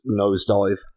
nosedive